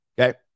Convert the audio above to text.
Okay